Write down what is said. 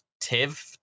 Tiv